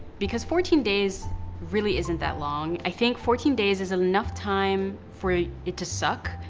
because fourteen days really isn't that long. i think fourteen days is enough time for it to suck,